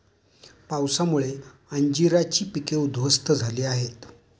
पावसामुळे अंजीराची पिके उध्वस्त झाली आहेत